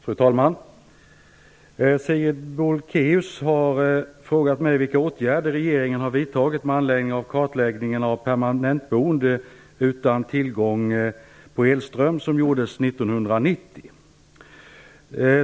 Fru talman! Sigrid Bolkéus har frågat mig vilka åtgärder regeringen har vidtagit med anledning av den kartläggning av permanentboende utan tillgång till elström som gjordes år 1990.